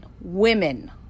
women